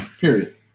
Period